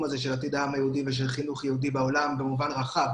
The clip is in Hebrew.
הזה של עתיד העם היהודי ושל חינוך יהודי בעולם במובן רחב,